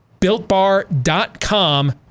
BuiltBar.com